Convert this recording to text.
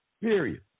Period